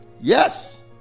yes